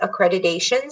accreditations